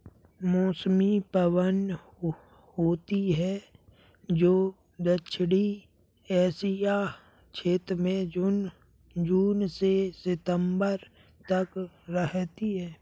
मौसमी पवन होती हैं, जो दक्षिणी एशिया क्षेत्र में जून से सितंबर तक रहती है